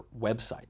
website